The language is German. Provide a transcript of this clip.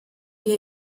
wir